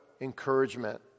encouragement